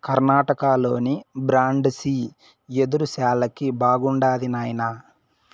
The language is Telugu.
కర్ణాటకలోని బ్రాండిసి యెదురు శాలకి బాగుండాది నాయనా